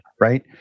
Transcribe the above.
Right